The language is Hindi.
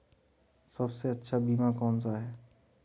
सबसे अच्छा बीमा कौनसा है?